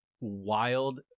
wild